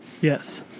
Yes